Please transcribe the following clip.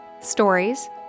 stories